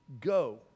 Go